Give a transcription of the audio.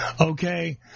Okay